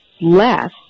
less